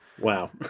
Wow